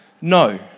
No